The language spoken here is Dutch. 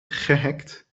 gehackt